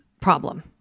problem